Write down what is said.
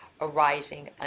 arising